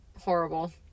horrible